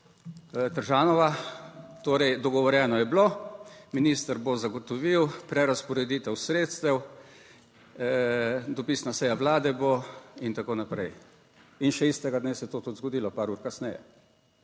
Tržanova, torej, dogovorjeno je bilo, minister bo zagotovil prerazporeditev sredstev, dopisna seja Vlade bo in tako naprej. In še istega dne se je to tudi zgodilo, par ur kasneje,